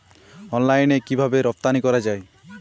অনলাইনে কিভাবে রপ্তানি করা যায়?